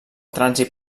trànsit